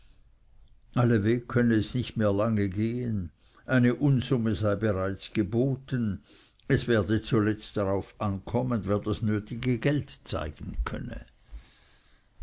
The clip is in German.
allweg könne es nicht lange mehr gehen eine unsumme sei bereits geboten es werde zuletzt darauf ankommen wer das nötige geld zeigen könne